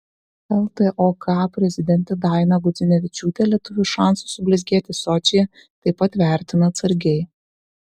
ltok prezidentė daina gudzinevičiūtė lietuvių šansus sublizgėti sočyje taip pat vertina atsargiai